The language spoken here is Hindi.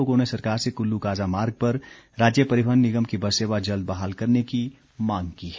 लोगों ने सरकार से कुल्लू काज़ा मार्ग पर राज्य परिवहन निगम की बस सेवा जल्द बहाल करने की मांग की है